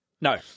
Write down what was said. No